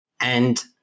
And-